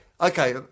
okay